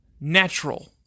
Natural